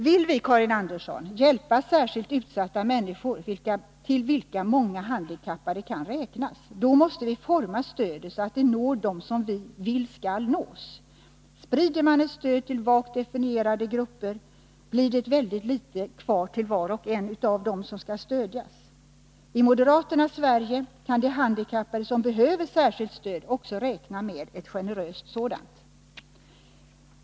Vill vi, Karin Andersson, hjälpa särskilt utsatta människor — till vilka många handikappade kan räknas — då måste vi utforma stödet så att det når dem som vi vill skall nås. Sprider man ett stöd till vagt definierade grupper, blir det väldigt litet kvar till var och en av dem som skall stödjas. I moderaternas Sverige kan de handikappade som behöver särskilt stöd också räkna med ett generöst sådant.